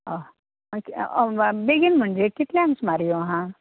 ऑ बेगीन म्हणजे कितल्यांक सुमार येवं हांव